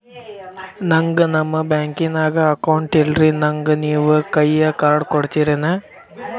ನನ್ಗ ನಮ್ ಬ್ಯಾಂಕಿನ್ಯಾಗ ಅಕೌಂಟ್ ಇಲ್ರಿ, ನನ್ಗೆ ನೇವ್ ಕೈಯ ಕಾರ್ಡ್ ಕೊಡ್ತಿರೇನ್ರಿ?